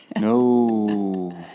No